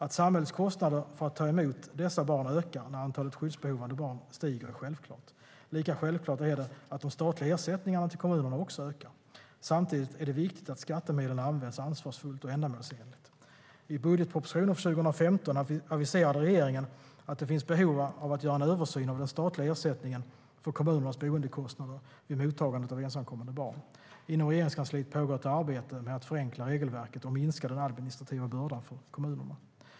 Att samhällets kostnader för att ta emot dessa barn ökar när antalet skyddsbehövande barn stiger är självklart. Lika självklart är det att de statliga ersättningarna till kommunerna också ökar. Samtidigt är det viktigt att skattemedlen används ansvarsfullt och ändamålsenligt. I budgetpropositionen för 2015 aviserade regeringen att det finns behov av att göra en översyn av den statliga ersättningen för kommunernas boendekostnader vid mottagandet av ensamkommande barn. Inom Regeringskansliet pågår ett arbete med att förenkla regelverket och minska den administrativa bördan för kommunerna.